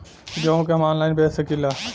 गेहूँ के हम ऑनलाइन बेंच सकी ला?